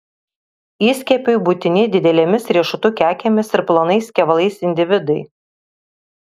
įskiepiui būtini didelėmis riešutų kekėmis ir plonais kevalais individai